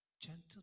Gentle